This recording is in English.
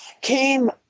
came